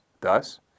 Thus